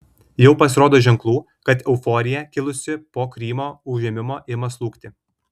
jau pasirodo ženklų kad euforija kilusi po krymo užėmimo ima slūgti